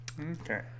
Okay